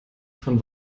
von